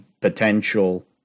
potential